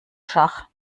schach